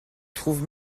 trouves